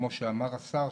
כמו שאמר השר,